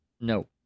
No